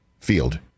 field